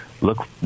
look